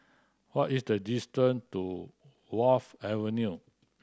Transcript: what is the distance to Wharf Avenue